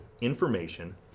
information